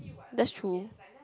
that's true